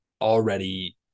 already